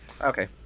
Okay